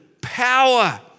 power